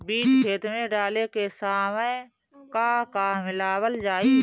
बीज खेत मे डाले के सामय का का मिलावल जाई?